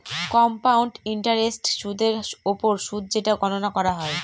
compound ইন্টারেস্টকে সুদের ওপর সুদ যেটা গণনা করা হয়